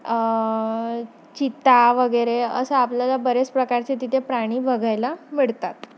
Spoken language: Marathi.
चिता वगैरे असं आपल्याला बरेच प्रकारचे तिथे प्राणी बघायला मिळतात